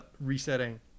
resetting